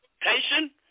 patient